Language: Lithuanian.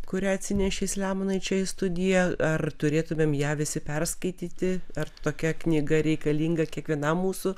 kurią atsinešei selemonai čia į studiją ar turėtumėm ją visi perskaityti ar tokia knyga reikalinga kiekvienam mūsų